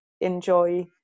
enjoy